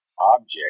object